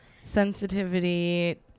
Sensitivity